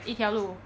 一条路